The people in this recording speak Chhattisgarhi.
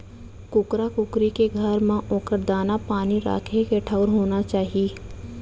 कुकरा कुकरी के घर म ओकर दाना, पानी राखे के ठउर होना चाही